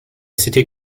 city